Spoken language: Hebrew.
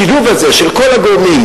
השילוב הזה של כל הגורמים,